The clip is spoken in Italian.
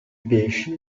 pesci